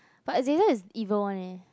but Azazel is evil one eh